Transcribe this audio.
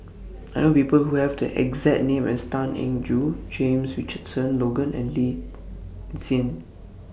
I know People Who Have The exact name as Tan Eng Joo James Richardson Logan and Lee Tjin